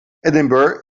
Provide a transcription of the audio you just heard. edinburg